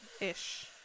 ish